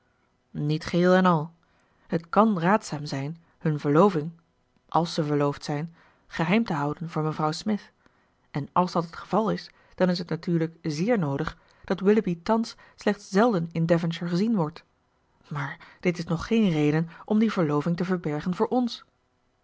niet geheel en al het kan raadzaam zijn hun verloving àls ze verloofd zijn geheim te houden voor mevrouw smith en als dat het geval is dan is het natuurlijk zéér noodig dat willoughby thans slechts zelden in devonshire gezien wordt maar dit is nog geen reden om die verloving te verbergen voor ns